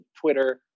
Twitter